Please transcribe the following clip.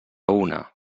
una